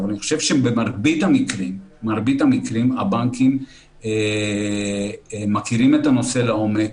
אבל אני חושב שבמרבית המקרים הבנקים מכירים את הנושא לעומק,